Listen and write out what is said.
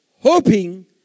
hoping